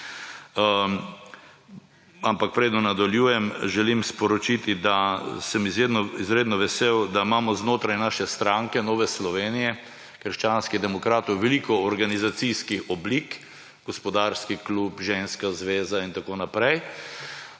ampak preden nadaljujem, želim sporočiti, da sem izredno vesel, da imamo znotraj naše stranke Nove Slovenije – krščanskih demokratov veliko organizacijskih oblik, Gospodarski klub, Ženska zveza in tako naprej,